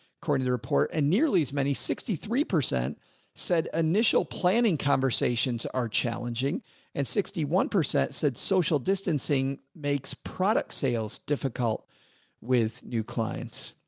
according to the report and nearly as many sixty three. said, initial planning conversations are challenging and sixty one percent said social distancing makes product sales difficult with new clients.